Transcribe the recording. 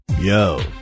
Yo